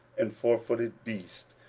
and fourfooted beasts,